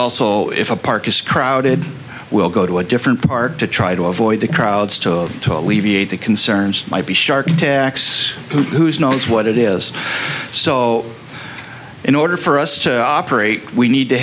also if a park is crowded we'll go to a different part to try to avoid the crowds to alleviate the concerns might be shark attacks who knows what it is so in order for us to operate we need to